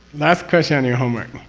last question on your homework.